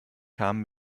kam